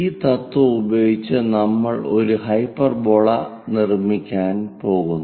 ഈ തത്വം ഉപയോഗിച്ച് നമ്മൾ ഒരു ഹൈപ്പർബോള നിർമ്മിക്കാൻ പോകുന്നു